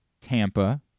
Tampa